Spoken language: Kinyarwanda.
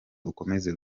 ukomeze